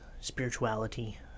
spirituality